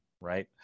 right